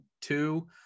two